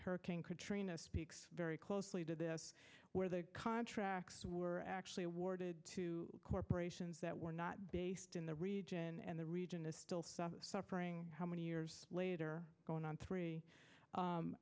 hurricane katrina speaks very closely to this where the contracts were actually awarded to corporations that were not based in the region and the region is still suffering how many years later going on thr